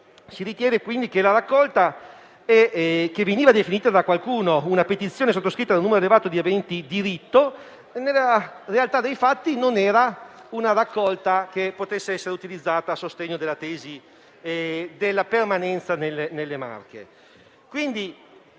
Si ritiene quindi che la raccolta, che veniva definita da qualcuno una petizione sottoscritta da un numero elevato di aventi diritto, nella realtà dei fatti non poteva essere utilizzata a sostegno della tesi della permanenza nelle Marche.